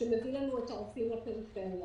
שמביא לנו את הרופאים לפריפריה.